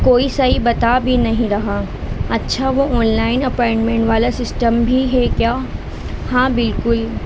کوئی صحیح بتا بھی نہیں رہا اچھا وہ آن لائن اپوائنٹمنٹ والا سسٹم بھی ہے کیا ہاں بالکل